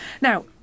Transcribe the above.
Now